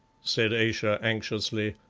said ayesha anxiously.